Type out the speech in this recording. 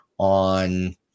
on